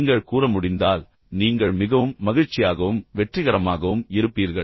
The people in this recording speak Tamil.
நீங்கள் கூற முடிந்தால் நீங்கள் மிகவும் மகிழ்ச்சியாகவும் வெற்றிகரமாகவும் இருப்பீர்கள்